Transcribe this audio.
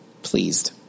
pleased